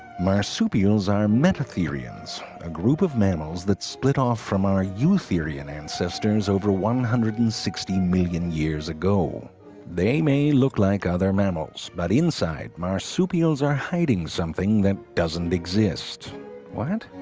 marsupials are meta-theorians a group of mammals that split off from are eutherian ancestors over one hundred and sixty million years ago they may look like other mammals, but inside marsupials are hiding something that doesn't exist what?